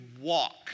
walk